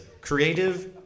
creative